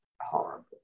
horrible